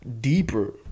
deeper